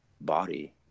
body